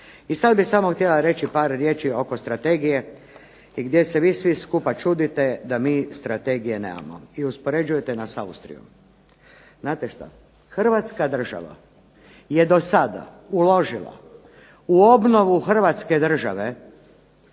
I sada bih samo još htjela reći par riječi oko strategije i gdje se svi vi skupa čudite da mi strategije nemamo i uspoređujete nas s Austrijom. Znate što Hrvatska država je do sada uložila u obnovu Hrvatske države